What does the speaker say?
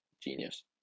genius